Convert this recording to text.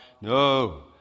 No